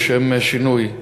לשם שינוי.